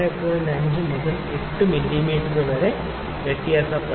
5 millimetre മുതൽ 8 millimetre വരെ വ്യത്യാസപ്പെടാം